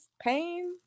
pain